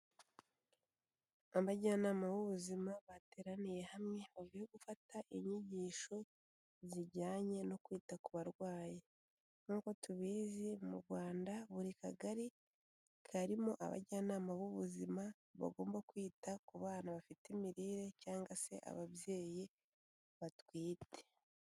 Abajyanama b'ubuzima bateraniye hamwe bavuye gufata inyigisho zijyanye no kwita ku barwayi, nk'uko tubizi mu Rwanda buri kagari karimo abajyanama b'ubuzima, bagomba kwita ku bana bafite imirire cyangwa se ababyeyi batwite.